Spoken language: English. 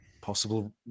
possible